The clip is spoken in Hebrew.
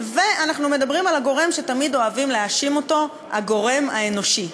ואנחנו מדברים על הגורם שתמיד אוהבים להאשים אותו: הגורם האנושי.